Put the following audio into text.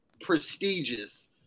prestigious